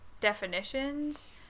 definitions